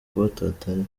kubatatanya